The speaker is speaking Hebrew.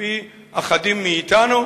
על-פי אחדים מאתנו.